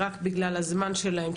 רק בגלל הזמן שלהם,